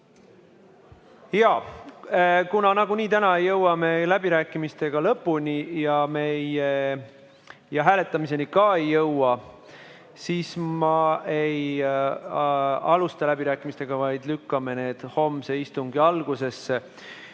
Jaa, kuna nagunii me täna ei jõua läbirääkimistega lõpuni ja me hääletamiseni ka ei jõua, siis ma ei alusta läbirääkimisi, vaid lükkan need homse istungi algusesse.